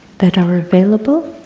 that are available,